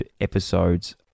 episodes